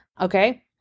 Okay